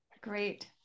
Great